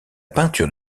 peinture